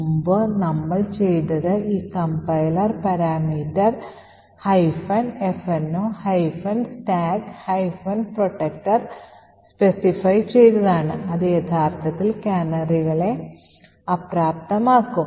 മുമ്പ് നമ്മൾ ചെയ്തത് ഈ compiler parameter fno stack protector specify ചെയ്തതാണ് അത് യഥാർത്ഥത്തിൽ കാനറികളെ അപ്രാപ്തമാക്കും